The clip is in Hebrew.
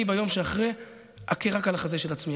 ביום שאחרי אני אכה רק על החזה של עצמי.